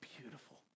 beautiful